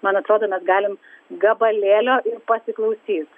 man atrodo mes galim gabalėlio ir pasiklausyt